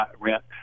rent